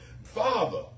Father